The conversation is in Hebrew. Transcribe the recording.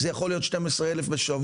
זה יכול להיות 12,000 בשבוע.